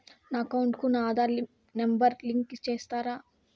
నా అకౌంట్ కు నా ఆధార్ నెంబర్ లింకు చేసారా